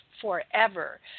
Forever